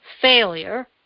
failure